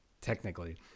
technically